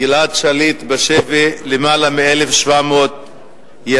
הצעות לסדר-היום בנושא: גלעד שליט בשבי למעלה מ-1,700 ימים,